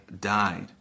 died